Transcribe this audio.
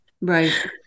right